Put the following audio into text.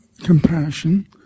compassion